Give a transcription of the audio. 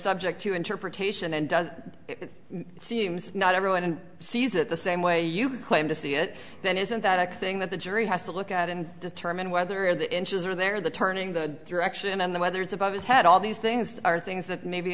subject to interpretation and does not everyone sees it the same way you claim to see it then isn't that a thing that the jury has to look at and determine whether the inches are there the turning the direction on the whether it's above his head all these things are things that maybe